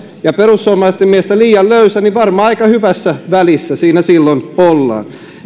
ja perussuomalaisten mielestä niin löysä niin varmaan aika hyvässä välissä siinä silloin ollaan